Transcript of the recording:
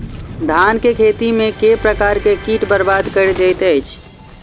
धान केँ खेती मे केँ प्रकार केँ कीट बरबाद कड़ी दैत अछि?